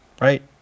right